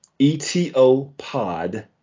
etopod